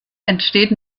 entsteht